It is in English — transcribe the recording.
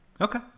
Okay